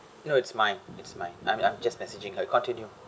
no it's mine it's mine I'm I'm just messaging her continue